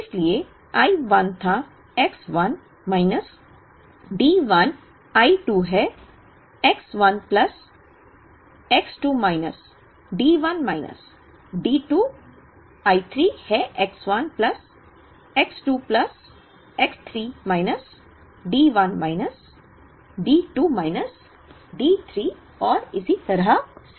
इसलिए I 1 था X 1 minus D 1 I 2 है X 1 plus X 2 minus D1 minus D2 I 3 है X 1 plus X 2 plus X 3 minus D 1 minus 2 minus D 3 और इसी तरह से है